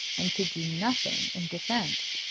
and could do nothing in defence.